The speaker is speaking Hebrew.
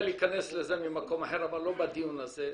להיכנס לזה ממקום אחר אבל לא בדיון הזה,